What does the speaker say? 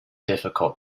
difficult